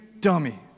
dummy